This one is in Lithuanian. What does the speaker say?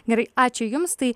gerai ačiū jums tai